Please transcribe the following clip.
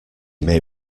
may